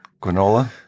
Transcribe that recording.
Granola